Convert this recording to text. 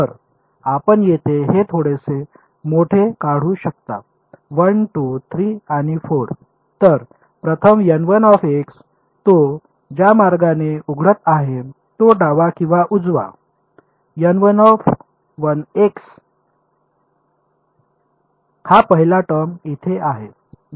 तर आपण येथे हे थोडेसे मोठे काढू शकता 1 2 3 आणि 4 तर प्रथम तो ज्या मार्गाने उघडत आहे तो डावा किंवा उजवा हा पहिला टर्म इथे आहे